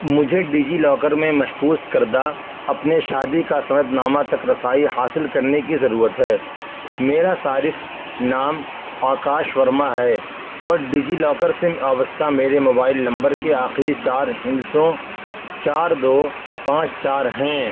مجھے ڈیجی لاکر میں محفوظ کردہ اپنے شادی کا سند نامہ تک رسائی حاصل کرنے کی ضرورت ہے میرا صارف نام آکاش ورما ہے اور ڈیجی لاکر میرے موبائل نمبر کے آخری چار ہندسوں چار دو پانچ چار ہیں